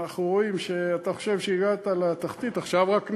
אנחנו רואים שאתה חושב שהגעת לתחתית ועכשיו רק נעלה,